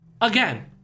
again